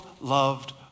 loved